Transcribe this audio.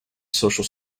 social